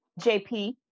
JP